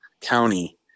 county